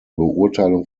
beurteilung